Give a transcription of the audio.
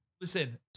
Listen